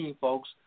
folks